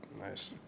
Nice